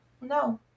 no